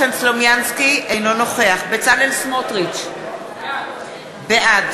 אינו נוכח בצלאל סמוטריץ, בעד